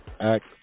act